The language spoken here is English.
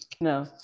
No